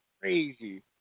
crazy